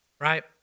right